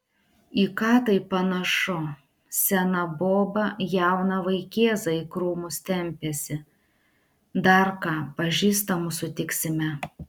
į ką tai panašu sena boba jauną vaikėzą į krūmus tempiasi dar ką pažįstamų sutiksime